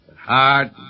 Hard